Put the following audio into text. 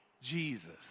Jesus